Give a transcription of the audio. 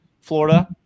Florida